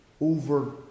over